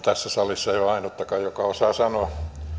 tässä salissa ei ole ainuttakaan joka osaa sanoa